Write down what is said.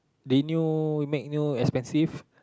renew make new expensive